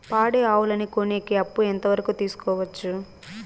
పాడి ఆవులని కొనేకి అప్పు ఎంత వరకు తీసుకోవచ్చు?